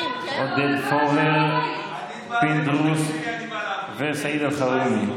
ועודד פורר, פינדרוס וסעיד אלחרומי.